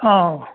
ꯑꯧ